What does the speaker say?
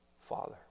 Father